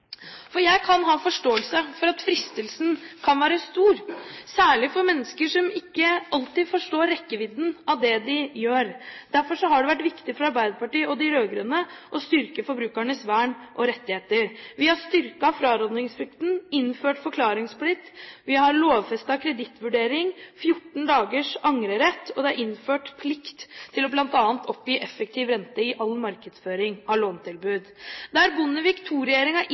Jeg kan ha forståelse for at fristelsen kan være stor, særlig for mennesker som ikke alltid forstår rekkevidden av det de gjør. Derfor har det vært viktig for Arbeiderpartiet og de rød-grønne å styrke forbrukernes vern og rettigheter. Vi har styrket frarådningsplikten, innført forklaringsplikt, vi har lovfestet kredittvurdering og 14 dagers angrerett, og det er innført plikt til bl.a. å oppgi effektiv rente i all markedsføring av lånetilbud. Der Bondevik